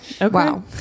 wow